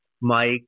Mike